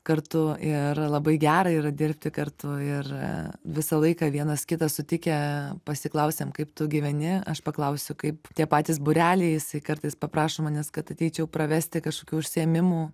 kartu ir labai gera yra dirbti kartu ir visą laiką vienas kitą sutikę pasiklausiam kaip tu gyveni aš paklausiu kaip tie patys būreliai jisai kartais paprašo manęs kad ateičiau pravesti kažkokių užsiėmimų